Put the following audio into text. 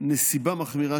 נסיבה מחמירה,